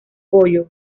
pollo